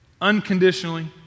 unconditionally